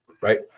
Right